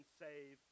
save